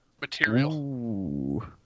material